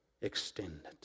extended